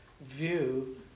view